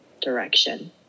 direction